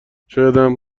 شایدم